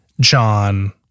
John